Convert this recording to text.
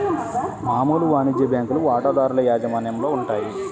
మామూలు వాణిజ్య బ్యాంకులు వాటాదారుల యాజమాన్యంలో ఉంటాయి